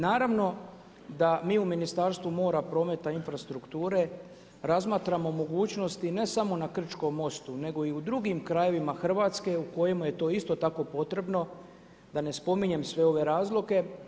Naravno, da mi u Ministarstvu mora, prometa i infrastrukture, razmatramo mogućnosti, ne samo na Krčkom mostu, nego i u drugim krajevima Hrvatske, u kojim je to isto tako potrebno, da ne spominje sve ove razloge.